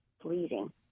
bleeding